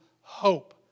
hope